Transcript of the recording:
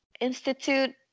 Institute